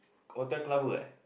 hotel clubber eh